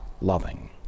loving